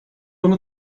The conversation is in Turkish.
onu